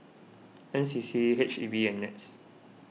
N C C H E B and Nets